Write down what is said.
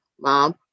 mom